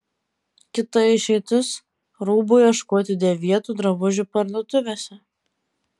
kita išeitis rūbų ieškoti dėvėtų drabužių parduotuvėse